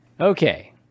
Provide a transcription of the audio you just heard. Okay